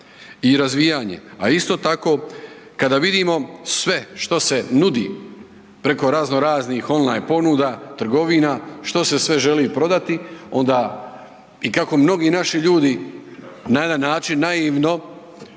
i razvijanje. A isto tako kada vidimo sve što se nudi preko razno raznih on line ponuda, trgovina, što se sve želi prodati onda i kako mnogi naši ljudi na jedan način naivno